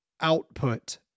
output